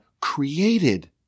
created